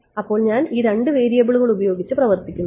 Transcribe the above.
അതിനാൽ ഞാൻ രണ്ട് വേരിയബിളുകൾ ഉപയോഗിച്ച് പ്രവർത്തിക്കുന്നു